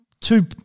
two